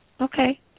Okay